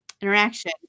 interaction